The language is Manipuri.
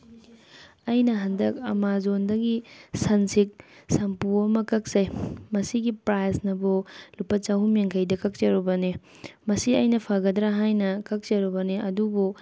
ꯑꯩꯅ ꯍꯟꯗꯛ ꯑꯥꯃꯥꯖꯣꯟꯗꯒꯤ ꯁꯟꯁꯤꯜꯛ ꯁꯝꯄꯨ ꯑꯃ ꯀꯛꯆꯩ ꯃꯁꯤꯒꯤ ꯄ꯭ꯔꯥꯏꯁꯅꯕꯨ ꯂꯨꯄꯥ ꯆꯍꯨꯝ ꯌꯥꯡꯈꯩꯗ ꯀꯛꯆꯔꯨꯕꯅꯤ ꯃꯁꯤ ꯑꯩꯅ ꯐꯒꯗ꯭ꯔꯥ ꯍꯥꯏꯅ ꯀꯛꯆꯔꯨꯕꯅꯤ ꯑꯗꯨꯕꯨ